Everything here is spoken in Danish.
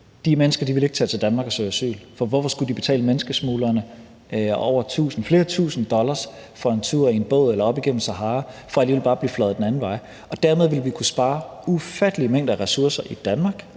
beskyttelse, ikke vil tage til Danmark og søge asyl. For hvorfor skulle de betale menneskesmuglerne flere tusind dollars for en tur i en båd eller en tur op igennem Sahara for alligevel bare at blive fløjet den anden vej? Dermed ville vi kunne spare ufattelige mængder af ressourcer i Danmark